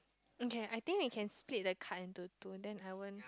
okay I think we can split the card into two then I won't